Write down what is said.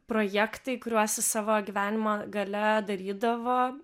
projektai kuriuos jis savo gyvenimo gale darydavo